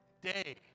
day